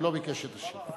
הוא לא ביקש שתשיב.